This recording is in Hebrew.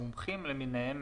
המומחים למיניהם,